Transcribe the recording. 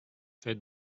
fed